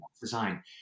Design